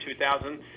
2000